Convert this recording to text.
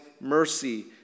mercy